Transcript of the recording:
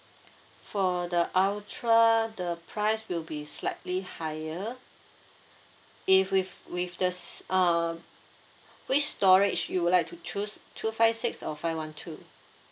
for the ultra the price will be slightly higher if with with the s~ uh which storage you would like to choose two five six or five one two